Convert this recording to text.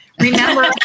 Remember